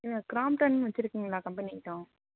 இல்லை கிராம்ப்டன் வச்சுருக்கீங்களா company item